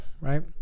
right